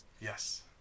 Yes